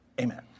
Amen